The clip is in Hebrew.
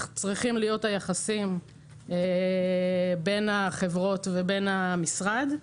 צריכים להיות היחסים בין החברות לבין המשרד.